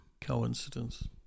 coincidence